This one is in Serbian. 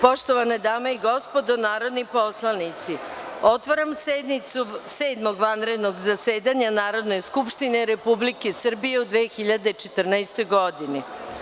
Poštovane dame i gospodo narodni poslanici, nastavljamo rad sednice Sedmog vanrednog zasedanja Narodne skupštine Republike Srbije u 2014. godini.